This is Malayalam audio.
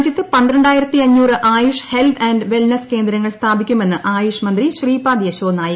രാജ്യത്ത് പന്ത്രണ്ടായിരത്തി അഞ്ഞൂറ് ആയുഷ് ഹെൽത്ത് ആന്റ് വെൽനെസ്സ് കേന്ദ്രങ്ങൾ സ്ഥാപിക്കുമെന്ന് ആയുഷ് മന്ത്രി ശ്രീപാദ് യെശ്ശോ നായിക്